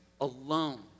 alone